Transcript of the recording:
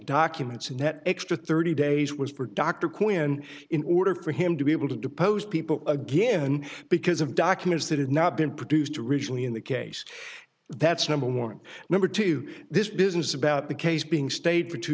documents and that extra thirty days was for dr quinn in order for him to be able to depose people again because of documents that had not been produced originally in the case that's number one number two this business about the case being stayed for two